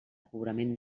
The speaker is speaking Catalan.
cobrament